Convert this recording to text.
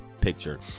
picture